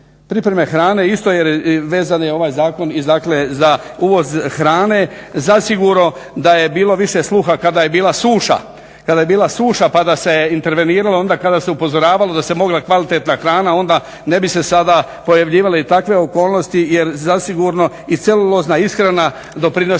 Pripreme hrane isto jer vezan je ovaj zakon dakle i za uvoz hrane. Zasigurno da je bilo više sluha kada je bila suša, pa da se interveniralo onda kada se upozoravalo da se mogla kvalitetna hrana onda ne bi se sada pojavljivale i takve okolnosti jer zasigurno i celulozna ishrana doprinosi